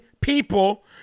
people